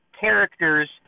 character's